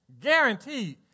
Guaranteed